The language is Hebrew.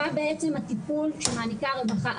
מה בעצם הטיפול שמעניקה הרווחה.